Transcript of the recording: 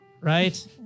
right